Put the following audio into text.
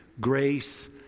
grace